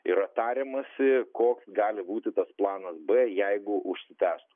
yra tariamasi koks gali būti tas planas b jeigu užsitęstų